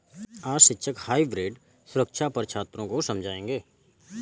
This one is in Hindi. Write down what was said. आज शिक्षक हाइब्रिड सुरक्षा पर छात्रों को समझाएँगे